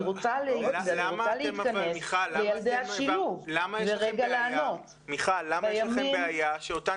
אני רוצה -- אבל למה יש לכם בעיה שאותן